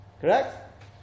Correct